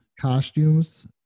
costumes